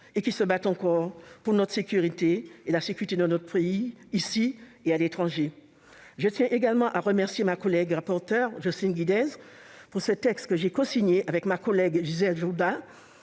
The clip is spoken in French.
et qui se battent encore pour notre sécurité et celle de notre pays, ici et à l'étranger. Je tiens également à remercier ma collègue rapporteure Jocelyne Guidez d'avoir pris l'initiative de ce texte, que j'ai cosigné avec ma collègue Gisèle Jourda